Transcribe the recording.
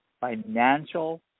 financial